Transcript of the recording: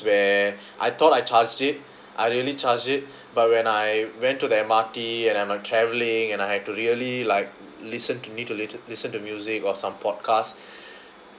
where I thought I charged it I really charged it but when I went to the M_R_T and I'm uh travelling and I have to really like listen to need to listen to music or some podcast